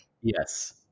Yes